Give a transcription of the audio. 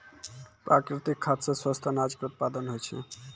प्राकृतिक खाद सॅ स्वस्थ अनाज के उत्पादन होय छै